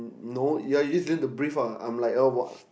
no ya you use it them to breath ah I'm like uh what